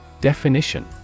Definition